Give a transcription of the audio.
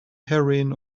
heroine